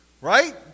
Right